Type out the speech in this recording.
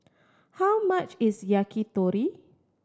how much is Yakitori